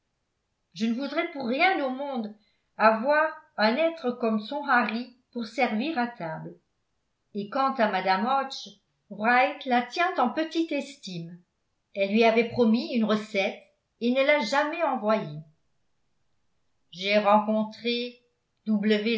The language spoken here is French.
je ne voudrais pour rien au monde avoir un être comme son harry pour servir à table et quant à mme hodges wright la tient en petite estime elle lui avait promis une recette et ne l'a jamais envoyée j'ai rencontré